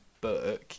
book